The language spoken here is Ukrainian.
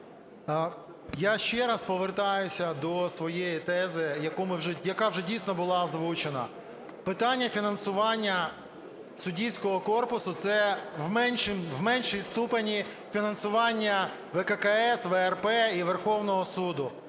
Я ще раз повертаюся до своєї тези, яка вже дійсно була озвучена. Питання фінансування суддівського корпусу – це в меншій ступені фінансування ВККС, ВРП і Верховного Суду.